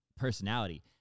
personality